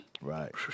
Right